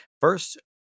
first